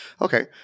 Okay